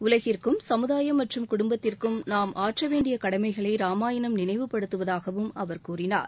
உலகிற்கும் சமுதாயம் மற்றும் குடும்பத்திற்கு நாம் ஆற்ற வேண்டிய கடமைகளை ராமாயணம் நினைவுபடுத்துவதாகவும் அவர் கூறினார்